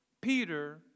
Peter